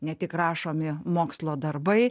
ne tik rašomi mokslo darbai